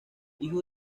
hijo